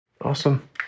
Awesome